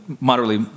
moderately